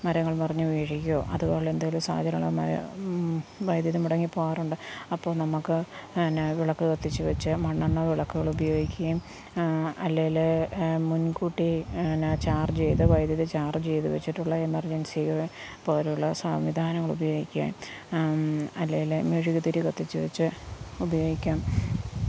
മരങ്ങൾ മറഞ്ഞ് വീഴുകയൊ അതുപോലെ എന്തേലും സാഹചര്യങ്ങള് മഴ വൈദ്യുതി മുടങ്ങി പോകാറുണ്ട് അപ്പോൾ നമുക്ക് എന്നാ വിളക്ക് കത്തിച്ചു വെച്ച് മണ്ണെണ്ണ വിളക്കുകള് ഉപയോഗിക്കയും അല്ലേല് മുൻകൂട്ടി എന്നാ ചാർജ് ചെയ്തു വൈദ്യുതി ചാർജ് ചെയ്തു വെച്ചിട്ടുള്ള എമർജൻസിയോ പോലുള്ള സംവിധാനങ്ങൾ ഉപയോഗിക്കാം അല്ലേല് മെഴുകുതിരി കത്തിച്ചുവച്ച് ഉപയോഗിക്കാം